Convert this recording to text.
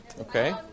Okay